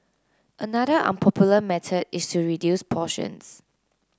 another unpopular method is to reduce portions